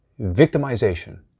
Victimization